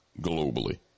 globally